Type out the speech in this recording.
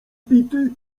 bity